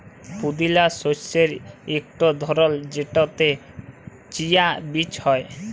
পুদিলা শস্যের ইকট ধরল যেটতে চিয়া বীজ হ্যয়